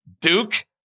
Duke